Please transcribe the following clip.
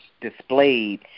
displayed